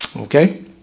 Okay